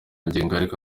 turemangingo